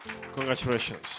Congratulations